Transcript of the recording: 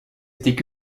étaient